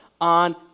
on